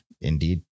indeed